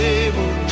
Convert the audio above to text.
able